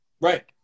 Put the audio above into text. Right